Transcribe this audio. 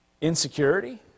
insecurity